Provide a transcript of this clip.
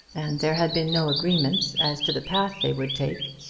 and there had been no agreement as to the path they would take.